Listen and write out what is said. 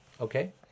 Okay